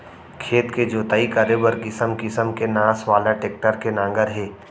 खेत के जोतई करे बर किसम किसम के नास वाला टेक्टर के नांगर हे